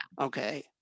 Okay